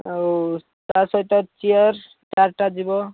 ଆଉ ତା ସହିତ ଚେୟାର୍ ଚାରିଟା ଯିବ